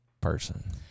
person